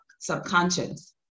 subconscious